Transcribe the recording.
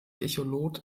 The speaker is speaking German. echolot